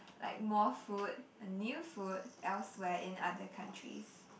like more food and new food elsewhere in other countries